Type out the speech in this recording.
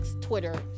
twitter